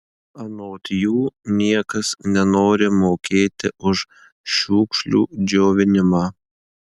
anot jų niekas nenori mokėti už šiukšlių džiovinimą